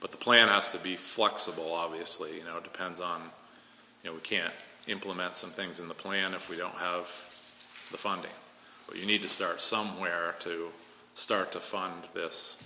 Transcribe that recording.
but the plan has to be flexible obviously you know it depends on you know we can implement some things in the plan if we don't have the funding we need to start somewhere to start to fund this